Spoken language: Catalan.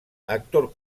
actor